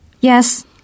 Yes